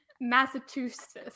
massachusetts